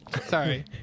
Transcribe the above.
sorry